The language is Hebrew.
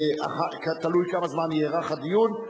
תלוי כמה זמן יארך הדיון,